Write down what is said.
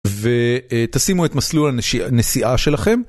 ותשימו את מסלול הנסיעה שלכם.